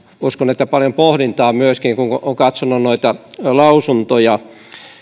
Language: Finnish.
uskon että paljon pohdintaa myöskin kun olen katsonut noita lausuntoja